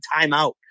timeout